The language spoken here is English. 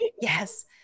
Yes